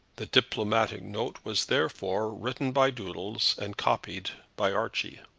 the diplomatic note was therefore written by doodles and copied by archie.